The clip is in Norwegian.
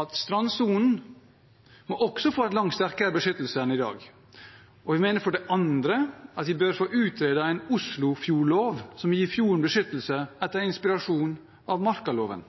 at strandsonen også må få en langt sterkere beskyttelse enn i dag. Vi mener for det andre at vi bør få utredet en oslofjordlov som gir fjorden beskyttelse, etter inspirasjon av markaloven.